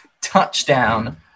touchdown